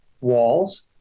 walls